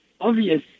obvious